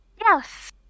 Yes